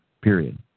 period